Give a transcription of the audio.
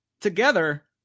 together